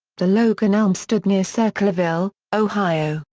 the logan elm stood near circleville, ohio.